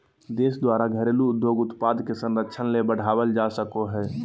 देश द्वारा घरेलू उद्योग उत्पाद के संरक्षण ले बढ़ावल जा सको हइ